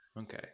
Okay